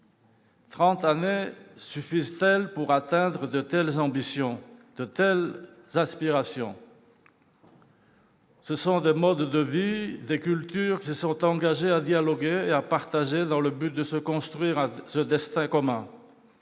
années suffisent-elles pour atteindre de telles ambitions, de telles aspirations ? Ce sont des modes de vie, des cultures qui se sont engagés à dialoguer et à partager afin de se construire un destin commun.